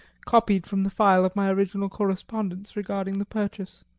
copied from the file of my original correspondence regarding the purchase.